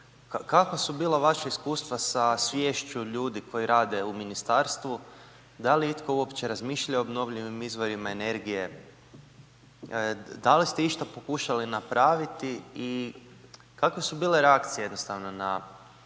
kakva su bila vaša iskustva sa sviješću ljudi koji rade u ministarstvu, da li je itko uopće razmišljao o obnovljivim izvorima energije, da li ste išta pokušali napraviti i kakve su bile reakcije jednostavno na